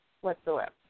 whatsoever